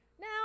Now